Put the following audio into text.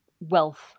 wealth